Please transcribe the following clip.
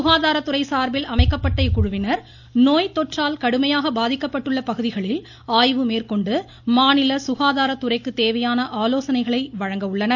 சுகாதாரத்துறை சார்பில் அமைக்கப்பட்ட இக்குழுவினர் நோய்த் தொற்றால் கடுமையாக பாதிக்கப்பட்டுள்ள பகுதிகளில் ஆய்வு மேந்கொண்டு மாநில சுகாதாரத் துறைக்கு தேவையான ஆலோசனைகளை வழங்க உள்ளனர்